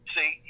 See